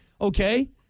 okay